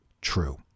true